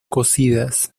cocidas